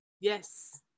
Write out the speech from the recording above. Yes